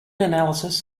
analysis